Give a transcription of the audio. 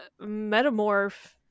metamorph